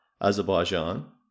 azerbaijan